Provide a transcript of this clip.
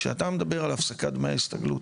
כשאתה מדבר על הפסקת דמי ההסתגלות,